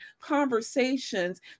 conversations